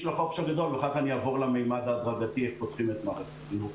אני אסביר את הממד ההדרגתי ואיך אנחנו פותחים את מערכת החינוך.